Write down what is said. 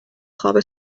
خواب